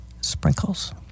sprinkles